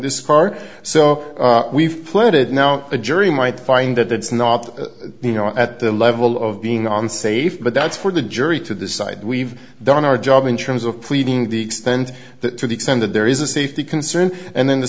this car so we've played it now a jury might find that it's not you know at the level of being on safe but that's for the jury to decide we've done our job in terms of pleading the extend that to the extent that there is a safety concern and then the